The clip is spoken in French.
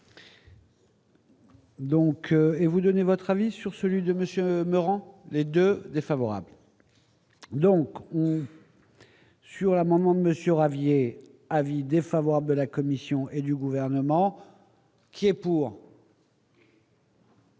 et vous donnez votre avis sur celui de Monsieur rend les 2 défavorable, donc. Sur l'amendement de Monsieur Ravier : avis défavorable de la Commission et du gouvernement qui est pour.